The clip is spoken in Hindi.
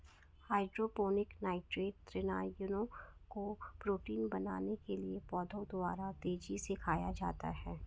हाइड्रोपोनिक नाइट्रेट ऋणायनों को प्रोटीन बनाने के लिए पौधों द्वारा तेजी से खाया जाता है